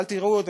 אל תראו אותי,